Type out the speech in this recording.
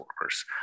workers